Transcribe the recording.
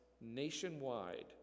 nationwide